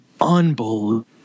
unbelievable